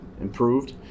improved